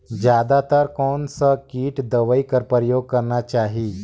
जादा तर कोन स किट दवाई कर प्रयोग करना चाही?